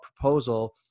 proposal